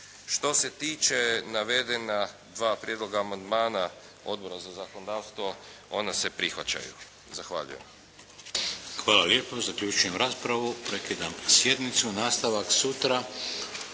Što se tiče navedena dva prijedloga amandmana Odbora za zakonodavstvo ona se prihvaćaju. Zahvaljujem. **Šeks, Vladimir (HDZ)** Hvala lijepo. Zaključujem raspravu. Prekidam sjednicu. Nastavak sutra